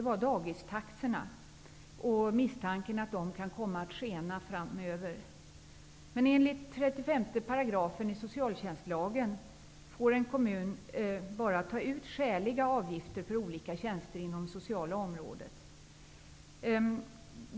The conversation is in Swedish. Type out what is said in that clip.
Man misstänkte att dessa taxor framöver kan komma att skena. Men enligt § 35 i socialtjänstlagen får en kommun bara ta ut skäliga avgifter för olika tjänster på det sociala området.